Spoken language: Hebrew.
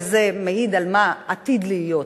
וזה מעיד על מה שעתיד להיות.